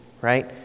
right